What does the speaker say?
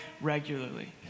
regularly